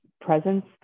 presence